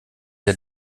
der